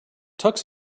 tux